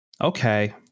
okay